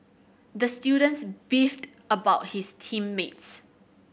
the student beefed about his team mates